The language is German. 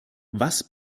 was